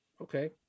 Okay